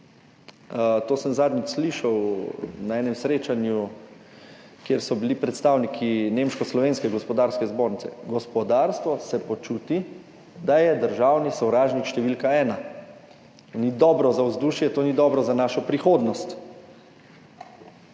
to sem zadnjič slišal na enem srečanju, kjer so bili predstavniki nemško-slovenske gospodarske zbornice – gospodarstvo se počuti, kot da je državni sovražnik številka ena. To ni dobro za vzdušje, to ni dobro za našo prihodnost.